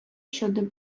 щодо